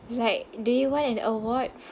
like do you want an award